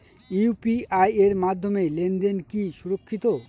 UPI এর মাধ্যমে লেনদেন কি সুরক্ষিত?